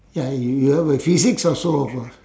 ya y~ you a physiques also of a